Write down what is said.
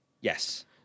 Yes